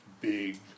big